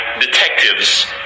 detectives